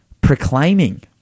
proclaiming